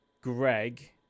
Greg